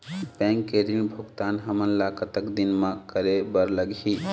Bank के ऋण भुगतान हमन ला कतक दिन म करे बर लगही?